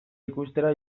ikustera